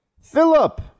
Philip